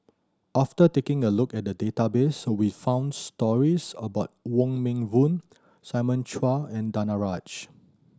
after taking a look at the database we found stories about Wong Meng Voon Simon Chua and Danaraj